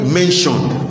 mentioned